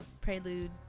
prelude